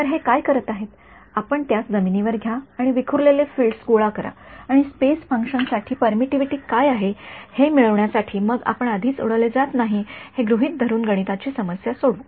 तर हे काय करत आहे आपण त्यास जमिनीवर घ्या आणि विखुरलेले फील्ड्स गोळा करा आणि स्पेस फंक्शन साठी परमिटिव्हिटी काय आहे हे मिळवण्यासाठी मग आपण आधीच उडवले जात नाही असे गृहीत धरून गणिताची समस्या सोडवू